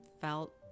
felt